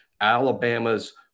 Alabama's